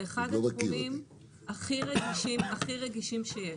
זה אחד התחומים הכי רגישים והכי רגישים שיש.